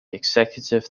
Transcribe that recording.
executive